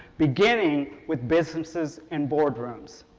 beginning with businesses and boardrooms.